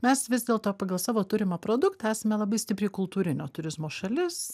mes vis dėlto pagal savo turimą produktą esame labai stipriai kultūrinio turizmo šalis